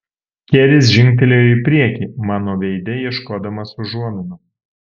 keris žingtelėjo į priekį mano veide ieškodamas užuominų